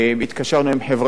לחבר קוד אתי: